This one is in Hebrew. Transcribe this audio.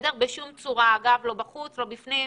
בשום צורה, לא בחוץ ולא בפנים,